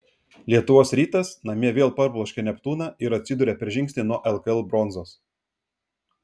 lietuvos rytas namie vėl parbloškė neptūną ir atsidūrė per žingsnį nuo lkl bronzos